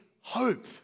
hope